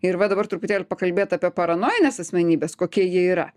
ir va dabar truputėlį pakalbėt apie paranojines asmenybes kokie jie yra